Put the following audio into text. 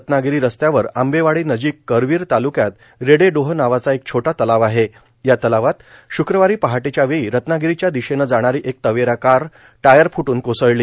रत्नागिरी रस्त्यावर आंबेवाडी नजीक करवीर ताल्क्यात रेडे डोह नावाचा एक छोटा तलाव आहे या तलावात शुक्रवारी पहाटेच्या वेळी रत्नागिरीच्या दिशेने जाणारी एक तवेरा कार टायर फुटून कोसळली